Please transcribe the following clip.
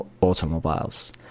automobiles